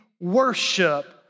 worship